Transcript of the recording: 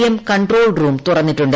M control room തുറന്നിട്ടുണ്ട്